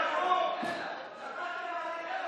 כל הכבוד,